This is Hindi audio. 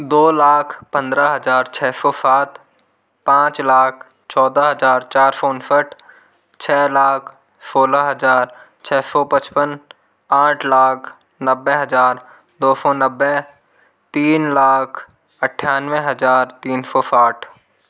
दो लाख पन्द्रह हज़ार छ सौ सात पाँच लाख चौदह हज़ार चार सौ उनसठ छ लाख सोलह हज़ार छ सौ पचपन आठ लाख नब्बे हज़ार दो सौ नब्बे तीन लाख अट्ठानवे हज़ार तीन सौ साठ